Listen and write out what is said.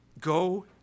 Go